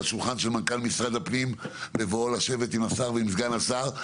השולחן על מנכ"ל משרד הפנים בבואו לשבת עם השר ועם סגן השר.